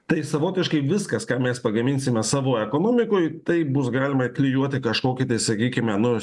tai savotiškai viskas ką mes pagaminsime savo ekonomikoj taip bus galima klijuoti kažkokį tai sakykime nu